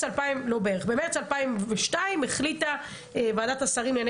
במרץ 2002 החליטה ועדת השרים לענייני